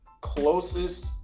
closest